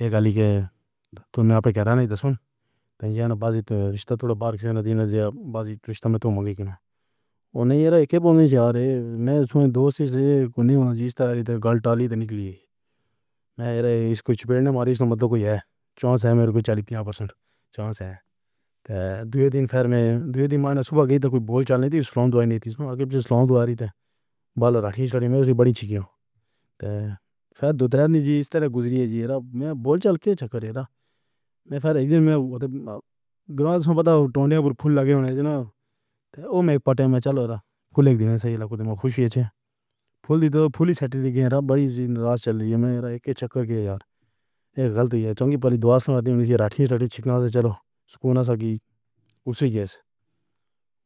یہ گلی کے تم نے آپ ہی کہہ رہا نہیں تھا سن۔ تنزینہ بازی تو رشتہ تھوڑا باہر سے نہ دینا ضیا۔ بازی رشتہ میں تم کون ہو؟ انہیں یہاں اے پالیسی آ رہے میں سوں دو تیس سے کوئی نہیں جیتا تو غلطی سے نکلّی۔ میں اس کو چھیڑنے ماری۔ اسموں مطلب ہے چانس ہے۔ میرے کو چالی پچاس پھیسد چانس ہے۔ دوسرے دن پھر میں دن میں صبح گئی تو کوئی بول چلنے تھی اُس فلور پر نہیں تھی تو آگے پیچھے سلام والے تھے۔ بال رکھی میرے بڑی اچھی تھی تو پھر دو تین دن کی طرح گزری جی ر۔ میں بول چل کے چکر میں پھر ایک دن میں تاریخ بتاؤ تو پھول لگے ہوں گے نا تو میں ایک پاٹی میں چلو کو لے دینا۔ صحیح خوشی سے پھول دے دو۔ پھول نکال کر بڑی ناراض چل رہی ہے۔ میں ایک چکر کے یار یہ غلط ہی ہے جو بھی دوست نے رکھی چھین کر چلا سکون۔ سکی اسی کے